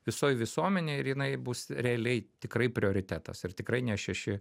visoj visuomenėj ir jinai bus realiai tikrai prioritetas ir tikrai ne šeši